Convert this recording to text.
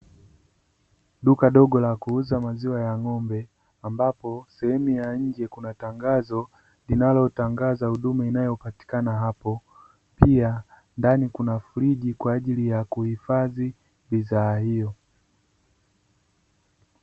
Duka dogo la kuuza maziwa ya ng'ombe ambapo sehemu ya nje kuna tangazo linalotangaza huduma inayopatikana hapo, pia ndani kuna friji kwa ajili ya kuhifadhi bidhaa hiyo